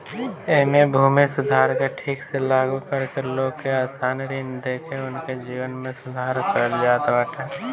एमे भूमि सुधार के ठीक से लागू करके लोग के आसान ऋण देके उनके जीवन में सुधार कईल जात बाटे